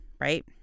right